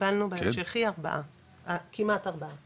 יפה והוא המשיך לשלם על אוקטובר נובמבר דצמבר,